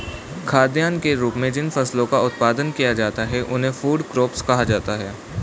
खाद्यान्न के रूप में जिन फसलों का उत्पादन किया जाता है उन्हें फूड क्रॉप्स कहा जाता है